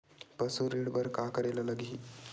पशु ऋण बर का करे ला लगही?